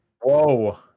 Whoa